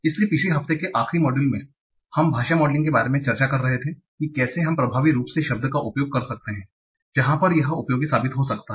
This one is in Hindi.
इसलिए पिछले हफ्ते के आखिरी मॉड्यूल में हम भाषा मॉडलिंग के बारे में चर्चा कर रहे थे कि कैसे हम प्रभावी रूप से शब्द का उपयोग कर सकते हैं जहां पर यह उपयोगी साबित हो सकता हैं